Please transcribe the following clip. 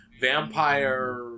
vampire